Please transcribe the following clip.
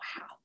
wow